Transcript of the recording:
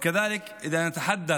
כך, גם אם נדבר